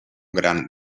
gran